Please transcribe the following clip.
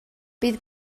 bydd